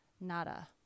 Nada